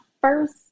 first